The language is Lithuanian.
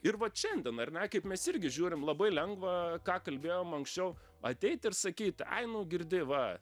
ir vat šiandien ar ne kaip mes irgi žiūrim labai lengva ką kalbėjom anksčiau ateit ir sakyt ai nu girdi va